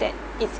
that